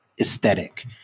aesthetic